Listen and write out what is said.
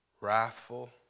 wrathful